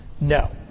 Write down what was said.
No